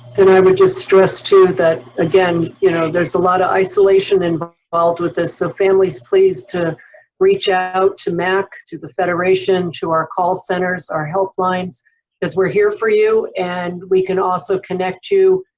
i would just stress, too, that, again, you know there's a lot of isolation and involved with this. so families, please, to reach out to mac, to the federation, to our call centers, our help lines because we're here for you, and we can also connect you,